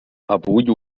abuja